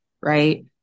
right